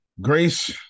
grace